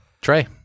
Trey